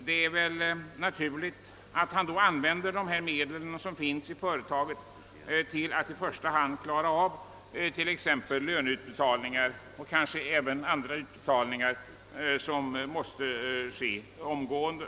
Det är väl då naturligt att företagaren använder de medel som finns i företaget till att i första hand klara upp t.ex. löneutbetalningar och kanske även andra utbetalningar som måste ske omgående.